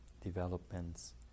developments